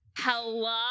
Hello